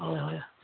হয় হয়